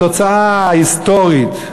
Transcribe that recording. התוצאה ההיסטורית,